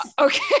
Okay